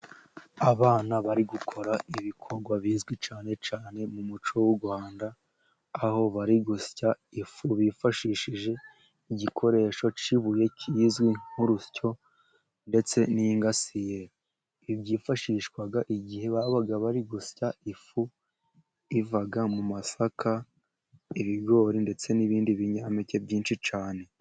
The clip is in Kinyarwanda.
Abana bari gukora ibikorwa bizwi, cyane cyane mu muco w'u Rwanda, aho bari gusya ifu bifashishije igikoresho cy'ibuye, kizwi nk'urusyo, ndetse n'ingasiye. Byifashishwaga igihe babaga bari gusya ifu iva mu masaka, ibigori, ndetse n'ibindi binyampeke byinshi cyane.